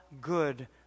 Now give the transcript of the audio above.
good